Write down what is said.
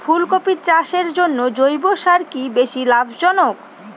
ফুলকপি চাষের জন্য জৈব সার কি বেশী লাভজনক?